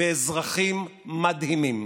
ואזרחים מדהימים